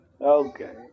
Okay